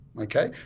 okay